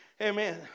Amen